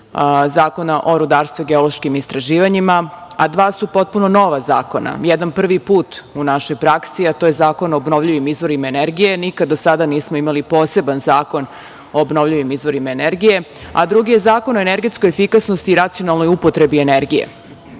Zakona o rudarstvu i geološkim istraživanjima, a dva su potpuno nova zakona. Jednom prvi put u našoj praksi, a to je zakon o obnovljivim izvorima energije. Nikada do sada nismo imali poseban zakon o obnovljivim izvorima energije, a drugi je zakon o energetskoj efikasnosti i racionalnoj upotrebi energije. Razlog